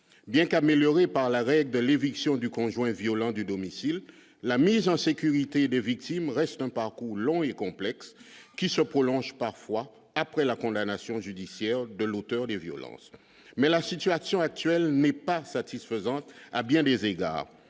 bien qu'améliorée par l'arrêt de l'éviction du conjoint violent du domicile, la mise en sécurité des victimes reste un parcours long et complexe qui se prolonge parfois après la condamnation judiciaire de l'auteur des violences, mais la situation actuelle n'est pas satisfaisante à bien des égards